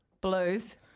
Blues